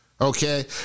okay